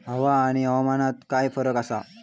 हवा आणि हवामानात काय फरक असा?